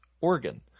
organ